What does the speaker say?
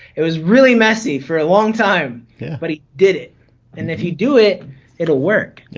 it was really messy for a long time but he did it and if you do it it'll work.